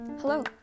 Hello